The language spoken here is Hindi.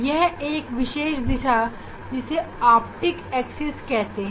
यह एक विशेष दिशा को ऑप्टिक्स एक्सिस कहते हैं